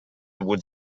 would